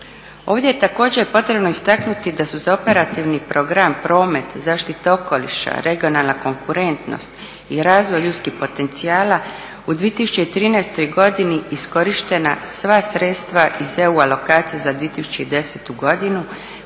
Ovdje je također potrebno istaknuti da su za operativni Program Promet, Zaštita okoliša, Regionalna konkurentnost i Razvoj ljudskih potencijala u 2013.godini iskorištena sva sredstva iz EU alokacije za 2010.godinu